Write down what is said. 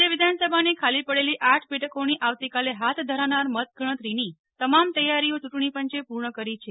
રાજ્ય વિધાનસભાની ખાલી પડેલી આઠ બેઠકોની આવતીકાલે હાથ ધરાનાર મત ગણતરીની તમામ તૈયારીઓ યૂંટણીપંચે પૂર્ણ કરી છે